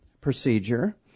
procedure